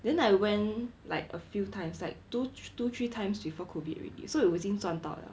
then I went like a few times like two two three times before COVID already so 我已经赚到了